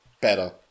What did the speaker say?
better